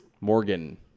Morgan